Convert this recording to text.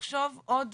לחשוב עוד